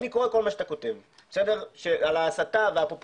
אני קורא כל מה שאתה כותב על הסתה ופופוליזם.